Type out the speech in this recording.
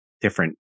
different